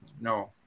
No